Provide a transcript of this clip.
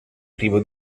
privo